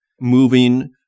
moving